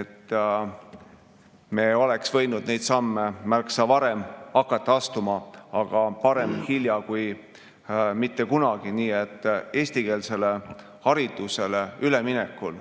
et me oleks võinud neid samme märksa varem hakata astuma, aga parem hilja kui mitte kunagi, nii et eestikeelsele haridusele üleminekul